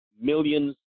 millions